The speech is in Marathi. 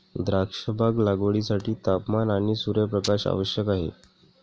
द्राक्षबाग लागवडीसाठी तापमान आणि सूर्यप्रकाश आवश्यक आहे